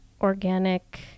organic